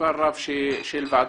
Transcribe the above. מספר רב של ועדות